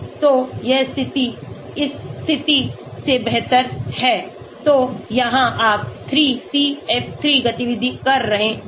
तो यह स्थिति इस स्थिति से बेहतर है तो यहां आप 3CF3 गतिविधि कर रहे हैं